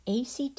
ACT